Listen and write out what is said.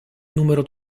numero